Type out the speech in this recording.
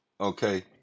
okay